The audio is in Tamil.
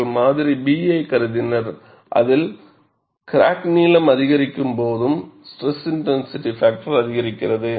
அவர்கள் மாதிரி B ஐக் கருதினர் அதில் கிராக் நீளம் அதிகரிக்கும்போது ஸ்ட்ரெஸ் இன்டென்சிட்டி பாக்டர் அதிகரிக்கிறது